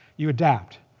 you adapt.